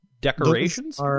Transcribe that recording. decorations